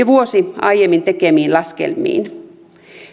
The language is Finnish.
vuosi aiemmin tekemiin laskelmiin